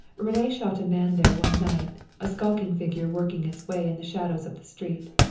rene shot a man there one night, a skulking figure working its way in the shadows up the street.